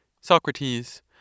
Socrates